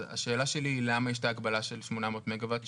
אז השאלה שלי היא למה יש את ההגבלה של 800 מגה וואט,